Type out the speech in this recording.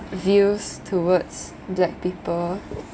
views towards black people